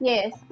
Yes